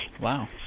Wow